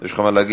יש לך מה להגיד?